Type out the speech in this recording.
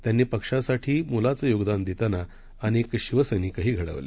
त्यांनीपक्षासाठीमोलाचेयोगदानदेतानाअनेकशिवसैनिकहीघडवले